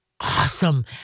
awesome